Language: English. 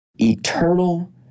eternal